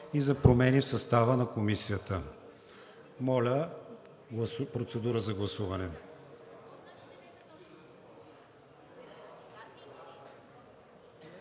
и за промени в състава на Комисията. Моля, процедура за гласуване.